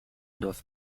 doivent